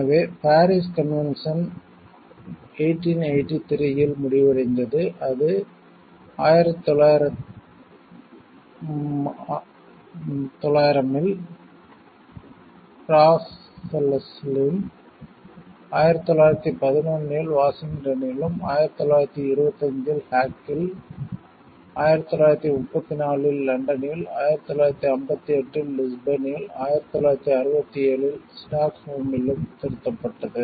எனவே Paris convention 1883 இல் முடிவடைந்தது அது 1900 இல் பிரஸ்ஸல்ஸிலும் 1911 இல் வாஷிங்டனிலும் 1925 இல் ஹேக்கில் 1934 இல் லண்டனில் 1958 இல் லிஸ்பனில் 1967 இல் ஸ்டாக்ஹோமில்லும் திருத்தப்பட்டது